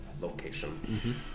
location